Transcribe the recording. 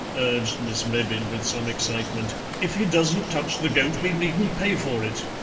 urged miss mebbin with some excitement if he doesn't touch the goat we needn't pay for it.